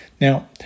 Now